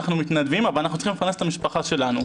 אנחנו מתנדבים אבל אנחנו צריכים לפרנס את המשפחה שלנו.